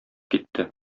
китте